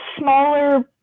smaller